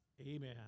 Amen